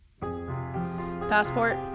Passport